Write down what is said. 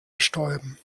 bestäuben